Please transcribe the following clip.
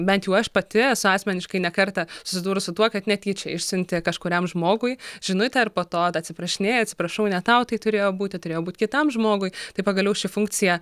bent jau aš pati esu asmeniškai ne kartą susidūrus su tuo kad netyčia išsiunti kažkuriam žmogui žinutę ir po to atsiprašinėji atsiprašau ne tau tai turėjo būti turėjo būt kitam žmogui tai pagaliau ši funkcija